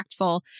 impactful